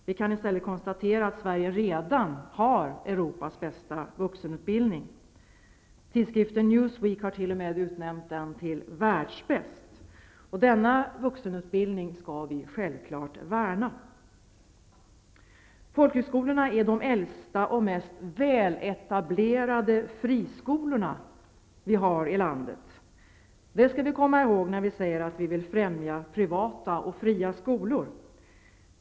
Vi kan i stället konstatera att Sverige redan har Europas bästa vuxenutbildning. Tidskriften Newsweek har t.o.m. utnämnt den till världsbäst. Denna vuxenutbildning skall vi självfallet värna. Folkhögskolorna är de äldsta och mest väletablerade friskolorna i landet. Det skall vi komma ihåg när vi säger att vi vill främja privata och fria skolor.